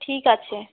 ঠিক আছে